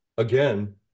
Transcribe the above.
Again